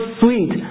sweet